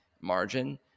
margin